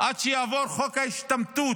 עד שיעבור חוק ההשתמטות